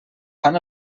fan